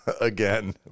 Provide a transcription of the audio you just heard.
again